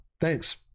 thanks